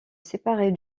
séparer